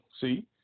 See